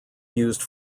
used